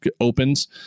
opens